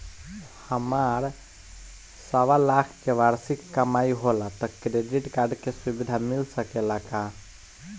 हमार सवालाख के वार्षिक कमाई होला त क्रेडिट कार्ड के सुविधा मिल सकेला का?